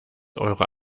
eurer